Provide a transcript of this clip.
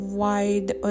wide